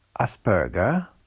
Asperger